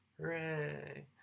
Hooray